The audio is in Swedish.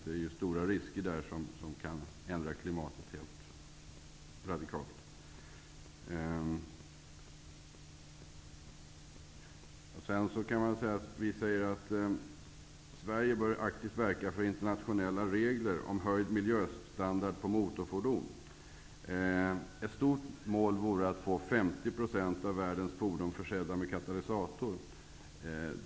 Det finns stora risker där, vars effekter radikalt kan ändra klimatet. Ny demokrati säger att Sverige aktivt bör verka för internationella regler för höjd miljöstandard på motorfordon. Ett bra mål vore att få 50 % av världens fordon försedda med katalysator.